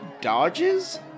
dodges